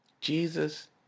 Jesus